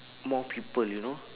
more people you know